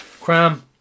Cram